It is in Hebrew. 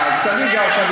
אני גר שם,